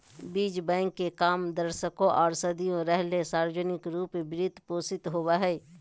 बीज बैंक के काम दशकों आर सदियों रहले सार्वजनिक रूप वित्त पोषित होबे हइ